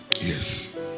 Yes